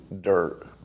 dirt